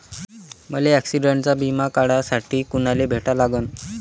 मले ॲक्सिडंटचा बिमा काढासाठी कुनाले भेटा लागन?